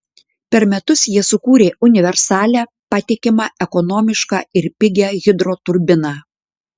per metus jie sukūrė universalią patikimą ekonomišką ir pigią hidroturbiną